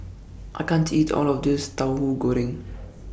I can't eat All of This Tauhu Goreng